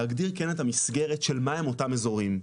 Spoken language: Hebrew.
להגדיר כן את המסגרת של מה הם אותם אזורים,